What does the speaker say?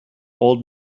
old